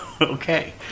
okay